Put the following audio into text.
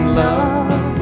love